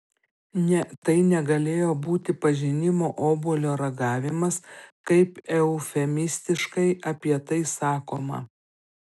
ne tai negalėjo būti pažinimo obuolio ragavimas kaip eufemistiškai apie tai sakoma